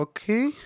Okay